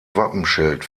wappenschild